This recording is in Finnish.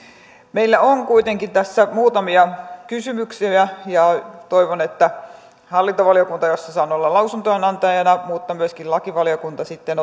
meillä on kuitenkin tässä muutamia kysymyksiä ja ja toivon että hallintovaliokunta jossa saan olla lausuntojen antajana mutta myöskin lakivaliokunta sitten